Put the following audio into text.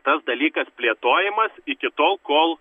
tas dalykas plėtojamas iki tol kol